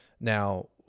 Now